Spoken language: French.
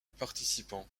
participants